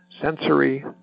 sensory